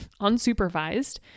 unsupervised